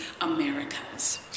America's